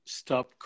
stop